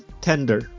tender